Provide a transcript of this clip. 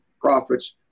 profits